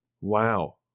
Wow